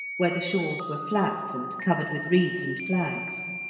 where the shores were flat, and covered with reeds and flags.